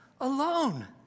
alone